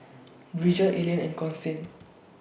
Bridger Ellyn and Constantine